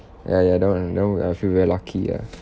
ya ya that [one] that [one] I feel very lucky ah